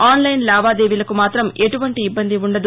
online లావాదేవీలకు మాత్రం ఎటువంటి ఇబ్బంది ఉండదు